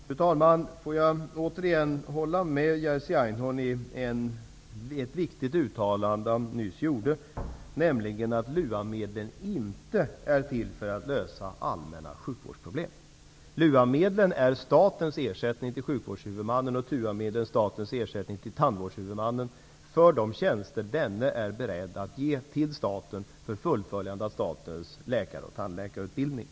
Fru talman! Jag vill instämma i det viktiga uttalande som Jerzy Einhorn nyss gjorde, nämligen att LUA medel inte är till för att lösa allmänna sjukvårdsproblem. LUA-medlen är statens ersättning till sjukvårdshuvudmannen och TUA huvudman är beredd att ge till staten för fullgörande av statens läkar och tandläkarutbildningar.